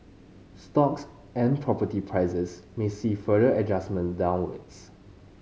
stocks and property prices may see further adjustment downwards